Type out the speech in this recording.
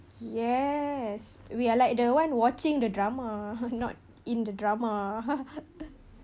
yes we are like the one watching the drama not in the drama